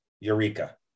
Eureka